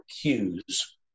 cues